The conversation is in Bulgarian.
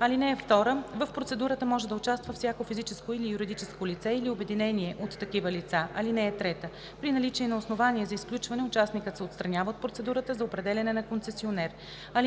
(2) В процедурата може да участва всяко физическо или юридическо лице или обединение от такива лица. (3) При наличие на основание за изключване участникът се отстранява от процедурата за определяне на концесионер.